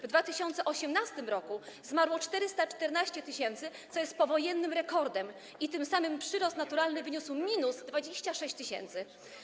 W 2018 r. zmarło 414 tys., co jest powojennym rekordem, i tym samym przyrost naturalny wyniósł minus 26 tys.